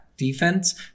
Defense